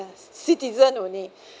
citizen only